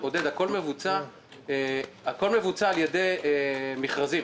מבוצע באמצעות מכרזים.